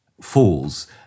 falls